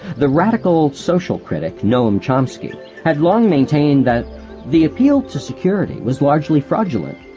the radical social critic noam chomsky had long maintained that the appeal to security was largely fraudulent,